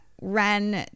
ran